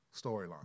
storyline